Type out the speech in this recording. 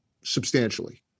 substantially